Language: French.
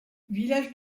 village